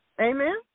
Amen